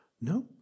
No